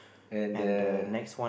and the